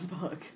book